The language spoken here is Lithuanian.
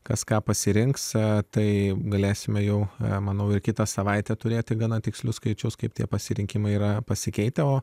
kas ką pasirinks tai galėsime jau manau ir kitą savaitę turėti gana tikslius skaičius kaip tie pasirinkimai yra pasikeitę o